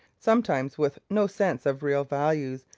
sometimes, with no sense of real values,